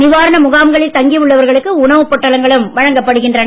நிவாரண முகாம்களில் தங்கி உள்ளவர்களுக்கு உணவுப் பொட்டலங்களும் வழங்கப்படுகின்றன